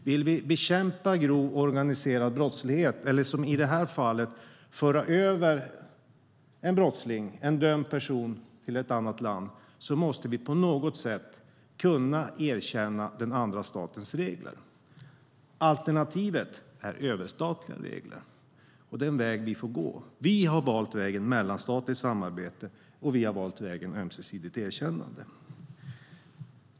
Vill vi bekämpa grov organiserad brottslighet eller som i det här fallet föra över en brottsling, en dömd person, till ett annat land, då måste vi på något sätt erkänna den andra statens regler. Alternativet är överstatliga regler. Det är den väg man får gå. Vi har valt vägen mellanstatligt samarbete, och vi har valt vägen ömsesidigt erkännande.